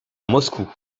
moscou